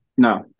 No